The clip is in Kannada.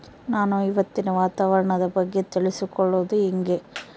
ನಾನು ಇವತ್ತಿನ ವಾತಾವರಣದ ಬಗ್ಗೆ ತಿಳಿದುಕೊಳ್ಳೋದು ಹೆಂಗೆ?